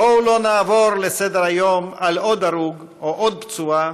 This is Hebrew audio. בואו לא נעבור לסדר-היום על עוד הרוג או עוד פצועה,